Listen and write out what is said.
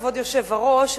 כבוד היושב-ראש,